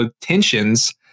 tensions